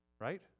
right